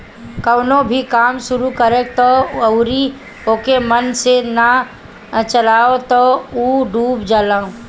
कवनो भी काम शुरू कर दअ अउरी ओके मन से ना चलावअ तअ उ डूब जाला